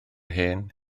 hen